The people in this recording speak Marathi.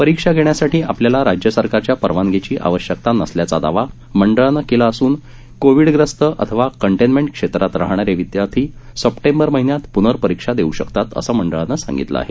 परीक्षा घेण्यासाठी आपल्याला राज्य सरकारच्या परवानगीची आवश्यकता नसल्याचा दावा मंडळान केला असून कोविडग्रस्त अथवा कंटेनमेंट क्षेत्रात राहणारे विद्यार्थी सप्टेंबर महिन्यात प्नर्परीक्षा देऊ शकतात असं मंडळानं सांगितलं आहे